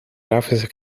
grafische